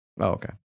okay